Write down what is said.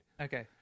Okay